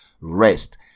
rest